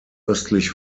östlich